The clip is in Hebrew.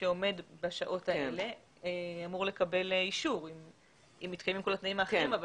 שעומד בשעות האלה אמור לקבל אישור אם מתקיימים כל התנאים האחרים.